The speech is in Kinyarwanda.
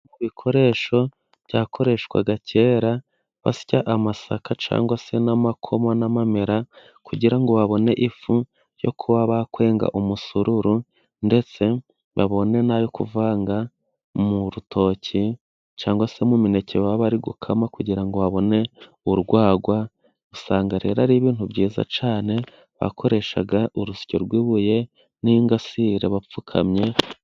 Ibikoresho byakoreshwaga kera basya amasaka cyangwa se n'amakoma n'amamera, kugira ngo babone ifu yo kuba bakwenga umusururu, ndetse babone n'ayo kuvanga mu rutoke cyangwa se mu mineke baba bari gukama kugira ngo babone urwagwa, usanga rero ari ibintu byiza cyane bakoreshaga urusyo rw'ibuye n'ingasire bapfukamye.